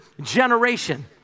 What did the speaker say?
generation